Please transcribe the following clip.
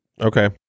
Okay